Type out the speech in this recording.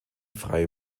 frei